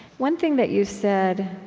one thing that you've said